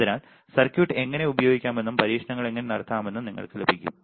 അതിനാൽ സർക്യൂട്ട് എങ്ങനെ ഉപയോഗിക്കാമെന്നും പരീക്ഷണങ്ങൾ എങ്ങനെ നടത്താമെന്നും നിങ്ങൾക്ക് ലഭിക്കും